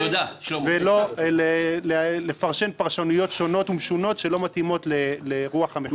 ולא לפרשן פרשנויות שונות ומשונות שלא מתאימות לרוח המפקד.